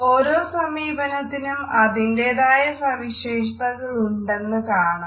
ഓരോ സമീപനത്തിനും അതിന്റേതായ സവിശേഷ തകളുണ്ടെന്ന് കാണാം